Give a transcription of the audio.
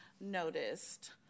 noticed